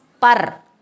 par